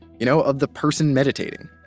you know, of the person meditating,